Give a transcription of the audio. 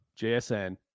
JSN